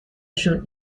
شون